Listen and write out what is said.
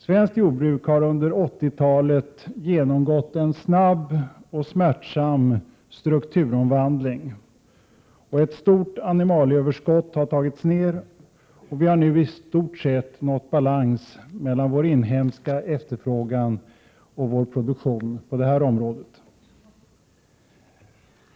Svenskt jordbruk har under 80-talet genomgått en snabb och smärtsam strukturomvandling. Ett stort animalieöverskott har tagits ner, och vi har nu i stort sett nått balans mellan vår inhemska produktion och vår efterfrågan på det området.